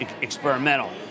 experimental